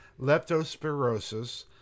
leptospirosis